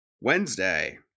Wednesday